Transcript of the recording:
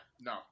no